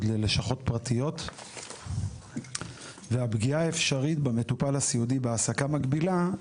ללשכות הפרטיות והפגיעה האפשרית במטופל הסיעודי בהעסקה מקבילה.